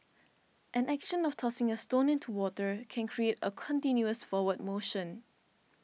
an action of tossing a stone into water can create a continuous forward motion